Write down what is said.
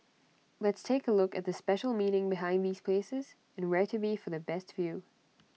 let's take A look at the special meaning behind these places and where to be for the best view